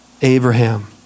Abraham